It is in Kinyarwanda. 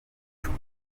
kandi